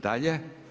Dalje?